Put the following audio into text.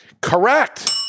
Correct